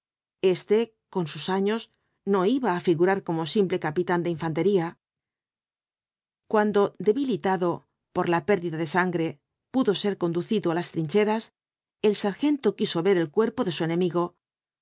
este con sus años no iba á tigurar como simple capitán de infantería cuando debilitado por la pérdida de sangre pudo ser conducido á las trincheras el sargento quiso ver el cuerpo de su enemigo